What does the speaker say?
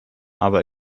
aber